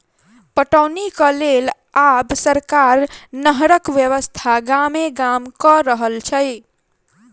पटौनीक लेल आब सरकार नहरक व्यवस्था गामे गाम क रहल छै